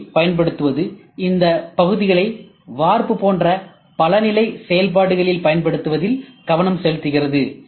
சியைப் பயன்படுத்துவது இந்த பகுதிகளை வார்ப்பு போன்ற பல நிலை செயல்பாட்டில் பயன்படுத்துவதில் கவனம் செலுத்துகிறது